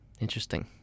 Interesting